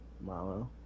Malo